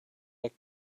like